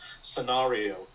scenario